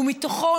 ומתוכו,